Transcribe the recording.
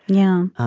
yeah.